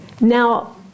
Now